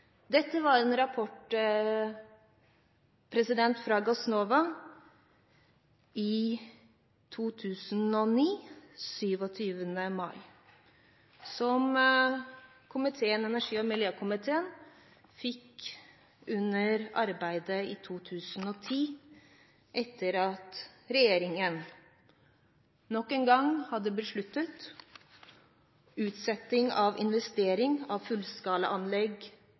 Dette var en rapport fra Gassnova av 27. mai 2009, som energi- og miljøkomiteen fikk under arbeidet i 2010, etter at regjeringen nok en gang hadde besluttet utsetting av investering av